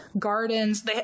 gardens